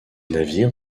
navires